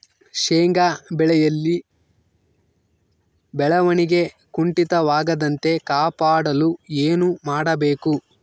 ಶೇಂಗಾ ಬೆಳೆಯಲ್ಲಿ ಬೆಳವಣಿಗೆ ಕುಂಠಿತವಾಗದಂತೆ ಕಾಪಾಡಲು ಏನು ಮಾಡಬೇಕು?